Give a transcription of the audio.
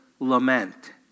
lament